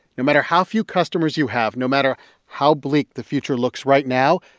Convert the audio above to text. no matter how few customers you have, no matter how bleak the future looks right now,